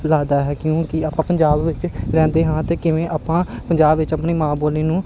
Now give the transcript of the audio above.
ਲੱਗਦਾ ਹੈ ਕਿਉਂਕਿ ਆਪਾਂ ਪੰਜਾਬ ਵਿੱਚ ਰਹਿੰਦੇ ਹਾਂ ਅਤੇ ਕਿਵੇਂ ਆਪਾਂ ਪੰਜਾਬ ਵਿੱਚ ਆਪਣੀ ਮਾਂ ਬੋਲੀ ਨੂੰ